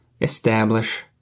establish